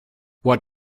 what